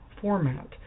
format